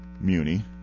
muni